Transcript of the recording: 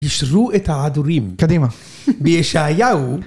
ישרו את ההדורים, קדימה, בישעיהו